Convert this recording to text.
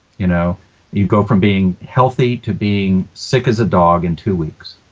you know you go from being healthy to being sick as a dog in two weeks.